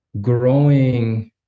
growing